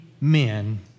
men